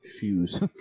shoes